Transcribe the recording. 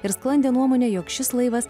ir sklandė nuomonė jog šis laivas